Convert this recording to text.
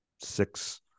six